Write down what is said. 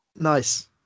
Nice